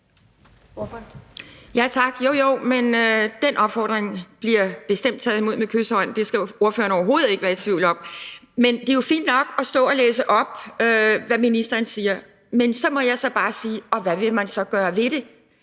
Tak. Jo, jo, og den opfordring bliver bestemt taget imod med kyshånd. Det skal hr. Rasmus Stoklund overhovedet ikke være i tvivl om. Det er jo fint nok at stå og læse op af, hvad ministeren siger, men så må jeg så bare sige: Hvad vil man så gøre ved det?